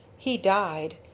he died.